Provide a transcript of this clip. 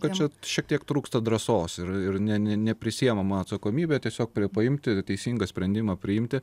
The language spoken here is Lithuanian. kad čia šiek tiek trūksta drąsos ir ne ne neprisiimama atsakomybė tiesiog paimti teisingą sprendimą priimti